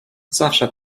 zawsze